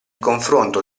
confronto